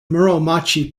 muromachi